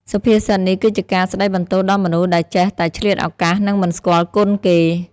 សុភាសិតនេះគឺជាការស្ដីបន្ទោសដល់មនុស្សដែលចេះតែឆ្លៀតឱកាស និងមិនស្គាល់គុណគេ។